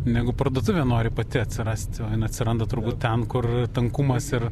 negu parduotuvė nori pati atsirasti atsiranda turbūt ten kur tankumas ir